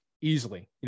easily